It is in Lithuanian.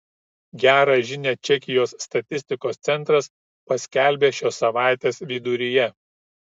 gerą žinią čekijos statistikos centras paskelbė šios savaitės viduryje